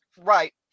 Right